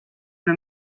una